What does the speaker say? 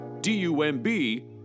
d-u-m-b